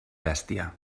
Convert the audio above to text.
bèstia